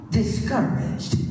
discouraged